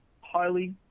highly